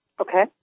Okay